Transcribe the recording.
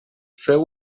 feu